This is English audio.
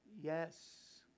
Yes